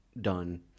done